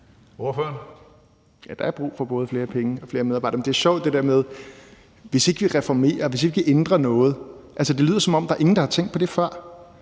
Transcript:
(EL): Ja, der er brug for både flere penge og flere medarbejdere. Men det er sjovt, når man taler om, hvad der sker, hvis ikke vi reformerer, hvis ikke vi ændrer noget – altså, det lyder, som der ikke er nogen, der har tænkt på det før.